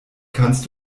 kannst